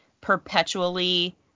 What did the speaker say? perpetually